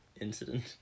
incident